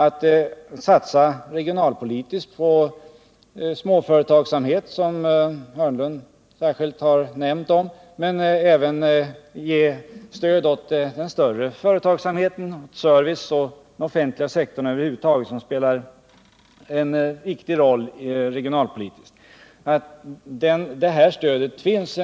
Det gäller att satsa regionalpolitiskt på småföretagsamhet — som Börje Hörnlund särskilt underströk — men man måste också stödja de större företagen, serviceföretagen och den offentliga sektorn över huvud taget, vilken spelar en viktig roll regionalpolitiskt. Den